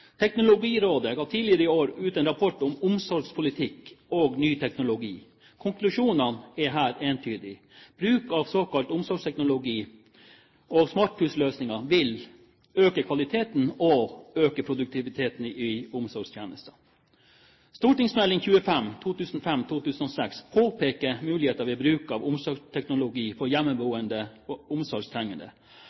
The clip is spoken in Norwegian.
Teknologirådet ga i januar 2009 ut rapporten «Omsorgspolitikk og ny teknologi». Konklusjonene er her entydige: Bruk av såkalt omsorgsteknologi og smarthusløsninger vil øke kvaliteten og øke produktiviteten i omsorgstjenestene. St.meld. nr. 25 for 2005–2006 påpeker muligheter ved bruk av omsorgsteknologi for hjemmeboende omsorgstrengende,